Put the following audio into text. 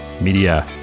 media